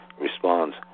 responds